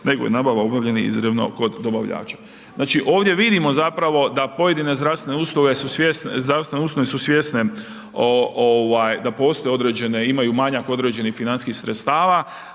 nego je nabava obavljena izravno kod dobavljača. Znači ovdje vidimo zapravo da pojedine zdravstvene ustanove su svjesne da postoje određene, imaju manjak određenih financijskih sredstava,